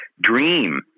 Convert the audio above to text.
dream